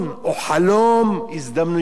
או חלום, הזדמנויות.